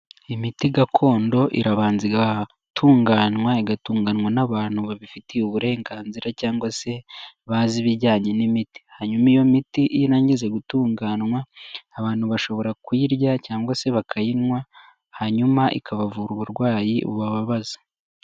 Imiti gakondo irabanza igatunganywa, igatunganywa n'abantu babifitiye uburenganzira cyangwa se bazi ibijyanye n'imiti. Hanyuma iyo miti iyo irangiza gutunganywa, abantu bashobora kuyirya cyangwa se bakayinywa, hanyuma ikabavura uburwayi bubabaza.